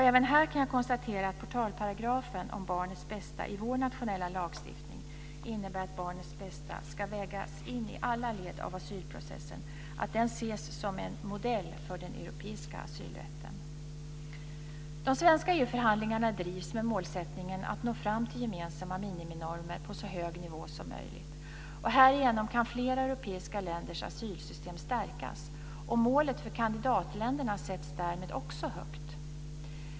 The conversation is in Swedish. Även här kan jag konstatera att protalparagrafen om barnets bästa i vår nationella lagstiftning innebär att barnets bästa ska vägas in i alla led av asylprocessen, att den ska ses som en modell för den europeiska asylrätten. De svenska EU-förhandlingarna drivs med målsättningen att nå fram till gemensamma miniminormer på så hög nivå som möjligt. Härigenom kan flera europeiska länders asylsystem stärkas. Målet för kandidatländerna sätts därmed också högt.